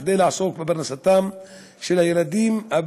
כדי שיעסקו בפרנסתם של ילדיהם,